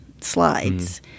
slides